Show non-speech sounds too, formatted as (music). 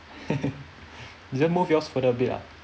(laughs) you just move yours further a bit ah